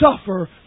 suffer